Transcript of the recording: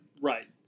Right